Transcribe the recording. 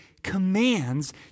commands